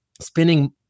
spending